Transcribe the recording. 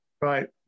Right